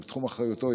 זה תחום אחריותו,